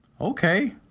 Okay